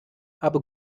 habe